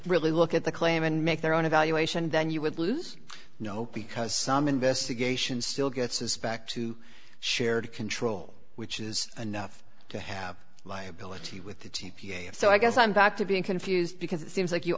really look at the claim and make their own evaluation then you would lose no because some investigation still gets suspect to shared control which is enough to have liability with the t p a so i guess i'm back to being confused because it seems like you